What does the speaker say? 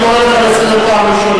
אני קורא אותך לסדר פעם ראשונה.